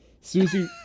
Susie